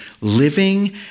living